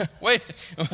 wait